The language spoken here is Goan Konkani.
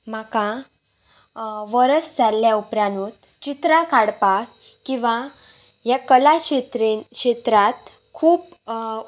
म्हाका वर्स जाल्ल्या उपरानूच चित्रां काडपाक किंवां ह्या कला क्षेत्रेन क्षेत्रांत खूब